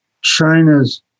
China's